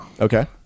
Okay